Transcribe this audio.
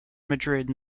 madrid